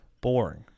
Boring